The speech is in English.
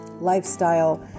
lifestyle